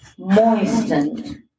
Moistened